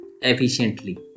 efficiently